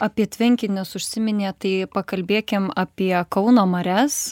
apie tvenkinius užsiminėt tai pakalbėkim apie kauno marias